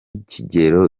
kigero